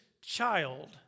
child